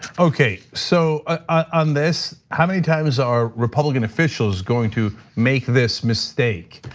okay, so ah on this, how many times are republican officials going to make this mistake?